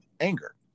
anger